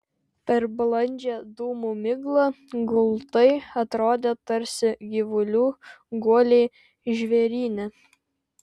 per blandžią dūmų miglą gultai atrodė tarsi gyvulių guoliai žvėryne